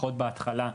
לפחות בהתחלה,